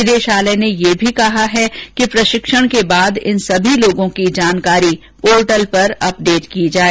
निदेशालय ने ये भी कहा है कि प्रशिक्षण के बाद इन सभी लोगों की जानकारी पोर्टल पर अपडेट की जाए